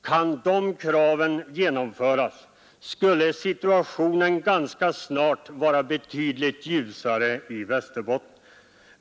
Kan dessa krav genomföras, skulle situationen ganska snart vara betydligt ljusare i Västerbotten.